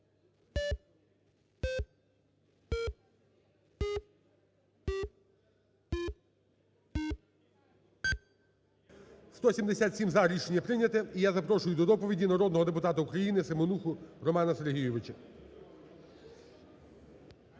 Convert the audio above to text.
За-177 Рішення прийнято. І я запрошую до доповіді народного депутата України Семенуху Романа Сергійовича.